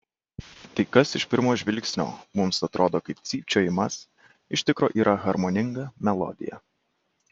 tai kas iš pirmo žvilgsnio mums atrodo kaip cypčiojimas iš tikro yra harmoninga melodija